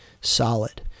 solid